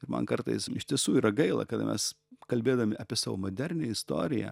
ir man kartais iš tiesų yra gaila kada mes kalbėdami apie savo modernią istoriją